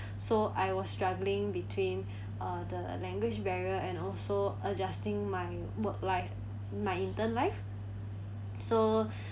so I was struggling between uh the language barrier and also adjusting my work life my intern life so